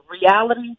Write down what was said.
reality